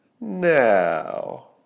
now